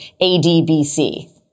ADBC